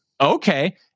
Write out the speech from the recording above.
okay